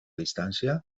distància